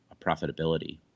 profitability